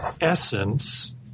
essence